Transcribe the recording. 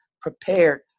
prepared